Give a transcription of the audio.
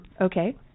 Okay